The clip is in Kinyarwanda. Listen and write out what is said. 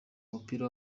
mupira